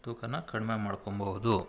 ತೂಕ ಕಡಿಮೆ ಮಾಡಿಕೊಂಬಹುದು